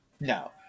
No